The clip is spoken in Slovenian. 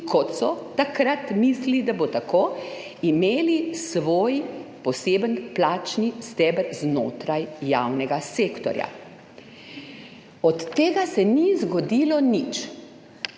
kot so takrat mislili, da bo, imeli svoj poseben plačni steber znotraj javnega sektorja. Od tega se ni zgodilo nič.